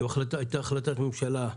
החלטת ממשלה,